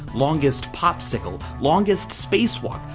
longest popsicle, longest spacewalk,